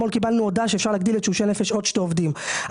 הודעה שאפשר להוסיף עוד שני עובדים,